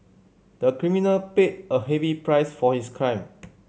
the criminal paid a heavy price for his crime